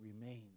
remains